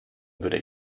würde